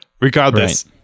Regardless